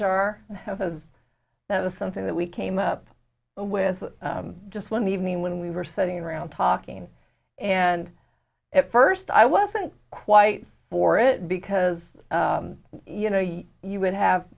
says that was something that we came up with just one evening when we were sitting around talking and at first i wasn't quite for it because you know you would have